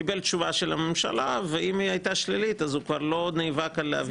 קיבל תשובה של הממשלה ואם היא היתה שלילית אז הוא כבר לא נאבק להביא.